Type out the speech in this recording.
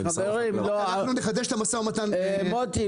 אנחנו נחדש את המשא ומתן -- מוטי,